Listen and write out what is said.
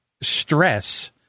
stress